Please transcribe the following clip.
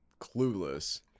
Clueless